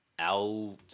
out